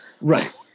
Right